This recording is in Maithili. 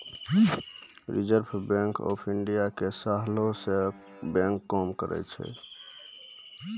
रिजर्व बैंक आफ इन्डिया के सलाहे से बैंक काम करै छै